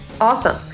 Awesome